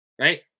right